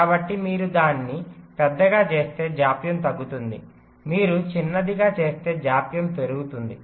కాబట్టి మీరు దాన్ని పెద్దగా చేస్తే జాప్యం తగ్గుతుంది మీరు చిన్నదిగా చేస్తే జాప్యం పెరుగుతుంది